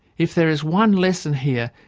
if there is one lesson here,